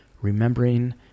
remembering